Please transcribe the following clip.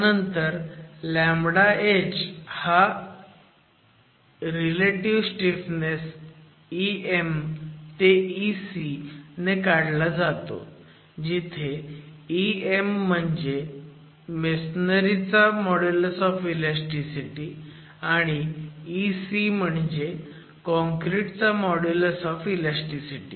त्यानंतर λh हा relative stiffness Em ते Ec ने काढला जातो जिथे Em म्हणजे मेसोनरी चा मॉड्युलस ऑफ ईलॅस्स्टीसिटी आणि Ec म्हणजे काँक्रिट चा मॉड्युलस ऑफ ईलॅस्स्टीसिटी